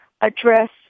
address